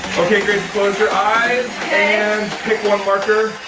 okay grace, close your eyes and pick one marker,